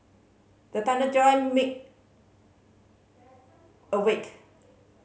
the thunder jolt me awake